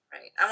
Right